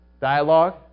dialogue